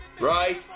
Right